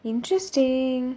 interesting